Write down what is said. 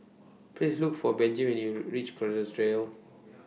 Please Look For Benji when YOU REACH Kerrisdale